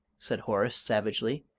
said horace, savagely.